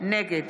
נגד